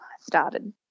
started